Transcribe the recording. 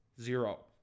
zero